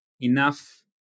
enough